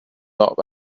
not